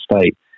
state